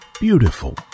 beautiful